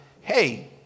hey